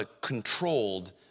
controlled